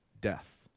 death